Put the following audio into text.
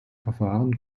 verfahren